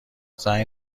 زنگ